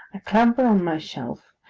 i clamber on my shelf,